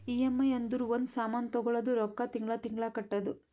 EMI ಅಂದುರ್ ಒಂದ್ ಸಾಮಾನ್ ತಗೊಳದು ರೊಕ್ಕಾ ತಿಂಗಳಾ ತಿಂಗಳಾ ಕಟ್ಟದು